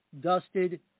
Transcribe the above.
dusted